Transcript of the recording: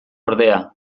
ordea